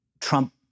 Trump